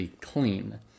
clean